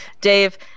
Dave